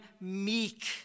meek